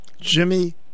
Jimmy